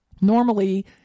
normally